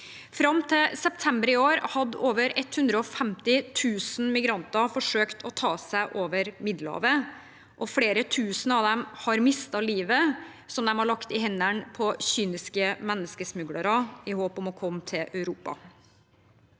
Fram til september i år hadde over 150 000 migranter forsøkt å ta seg over Middelhavet, og flere tusen av dem har mistet livet, som de hadde lagt i hendene på kyniske menneskesmuglere i håp om å komme til Europa.